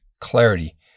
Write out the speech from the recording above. clarity